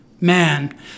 Man